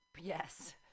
Yes